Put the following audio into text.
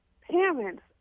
parents